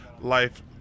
life